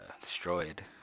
destroyed